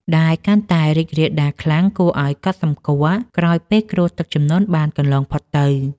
ដែលកាន់តែរីករាលដាលខ្លាំងគួរឱ្យកត់សម្គាល់ក្រោយពេលគ្រោះទឹកជំនន់បានកន្លងផុតទៅ។